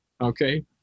okay